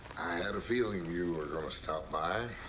had a feeling you were gonna stop by.